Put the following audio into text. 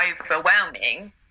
overwhelming